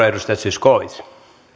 edustaja